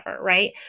right